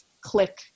click